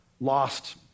lost